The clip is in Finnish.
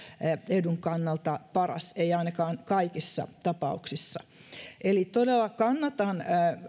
edun kannalta paras ei ainakaan kaikissa tapauksissa eli todella kannatan